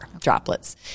droplets